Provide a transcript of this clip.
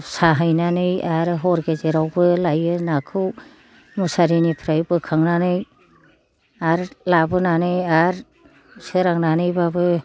साहैनानै आरो हर गेजेरावबो लायो नाखौ मुसारिनिफ्राय बोखांनानै आरो लाबोनानै आरो सोरांनानै बाबो